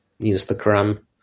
Instagram